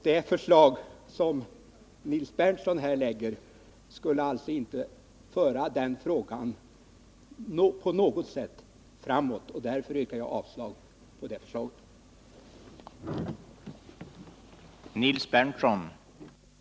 Det förslag som Nils Berndtson har lagt fram skulle alltså inte på något sätt föra frågan framåt, och därför yrkar jag avslag på det förslaget.